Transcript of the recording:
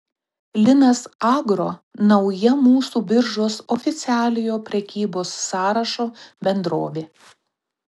linas agro nauja mūsų biržos oficialiojo prekybos sąrašo bendrovė